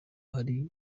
hari